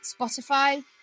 Spotify